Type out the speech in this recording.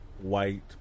white